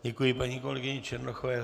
Děkuji paní kolegyni Černochové.